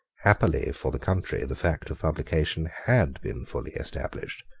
happily for the country, the fact of publication had been fully established.